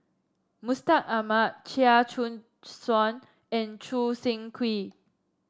Mustaq Ahmad Chia Choo Suan and Choo Seng Quee